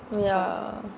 ya